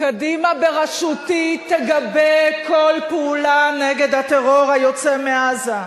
קדימה בראשותי תגבה פעולה נגד הטרור היוצא מעזה.